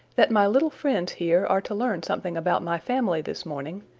that my little friends here are to learn something about my family this morning,